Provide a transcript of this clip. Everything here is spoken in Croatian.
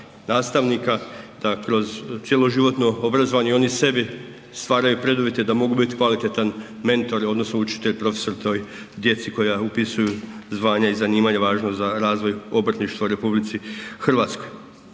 nastavnika da kroz cjeloživotno obrazovanje i oni sebi stvaraju preduvjete da mogu biti kvalitetan mentor odnosno učitelj, profesor toj djeci koja upisuju zvanja i zanimanja važna za razvoj obrtništva u RH. Također